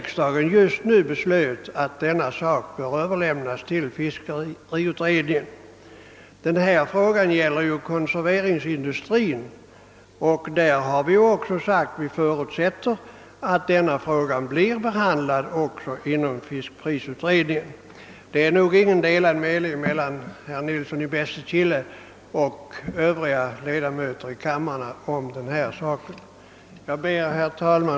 Kammaren beslöt nyss att denna fråga skulle överlämnas till fiskprisutredningen. Det ärende som nu behandlas gäller konserveringsindustrin, och vi har i utlåtandet framhållit att vi förutsätter att också detta spörsmål tas upp av fiskprisutredningen. Herr Nilsson i Bästekille och övriga ledamöter av denna kammare har nog inga delade meningar i denna fråga. Herr talman!